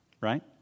Right